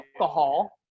alcohol